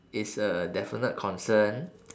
is a definite concern